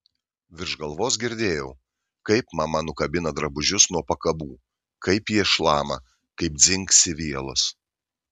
virš galvos girdėjau kaip mama nukabina drabužius nuo pakabų kaip jie šlama kaip dzingsi vielos